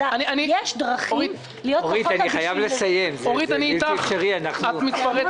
אי אפשר יהיה לקבל את